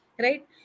right